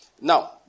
Now